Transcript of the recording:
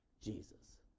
jesus